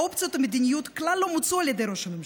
האופציות המדיניות כלל לא מוצו על ידי ראש הממשלה,